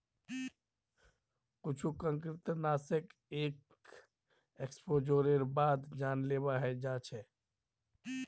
कुछु कृंतकनाशक एक एक्सपोजरेर बाद जानलेवा हय जा छ